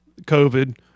COVID